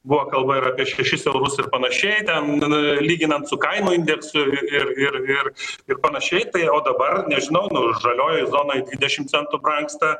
buvo kalba ir apie šešis eurus ir panašiai ten lyginant su kainų indeksu ir ir ir ir panašiai tai o dabar nežinau nu žaliojoj zonoj dvidešim centų brangsta